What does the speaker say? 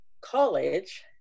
college